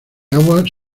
aguas